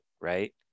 right